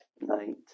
Night